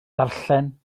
darllen